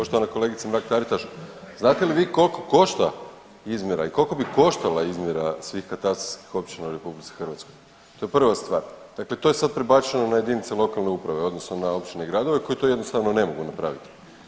Poštovana kolegice Mrak Taritaš znate li vi koliko košta izmjera i koliko bi koštala izmjera svih katastarskih općina u RH, to je prva stvar, dakle to je sada prebačeno na jedinice lokalne uprave odnosno na općine i gradove koji to jednostavno ne mogu napraviti.